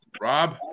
rob